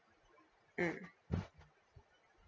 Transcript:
mm